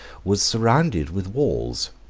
was surrounded with walls,